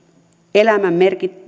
elämän